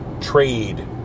trade